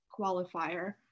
qualifier